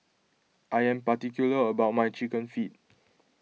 I am particular about my Chicken Feet